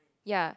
ya